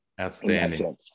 outstanding